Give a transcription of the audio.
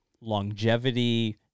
longevity